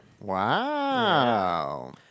Wow